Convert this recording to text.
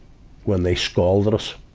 when they scalded us,